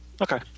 Okay